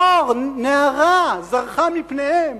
אור, נהרה, זרחו מפניהם.